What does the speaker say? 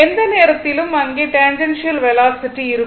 எந்த நேரத்திலும் அங்கே டேன்ஜெண்ஷியல் வெலாசிட்டி இருக்கும்